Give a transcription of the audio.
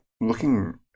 looking